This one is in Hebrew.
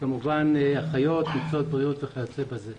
כמובן אחיות וכיוצא בזה.